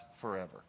forever